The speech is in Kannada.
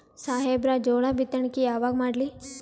ಸಾಹೇಬರ ಜೋಳ ಬಿತ್ತಣಿಕಿ ಯಾವಾಗ ಮಾಡ್ಲಿ?